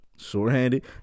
shorthanded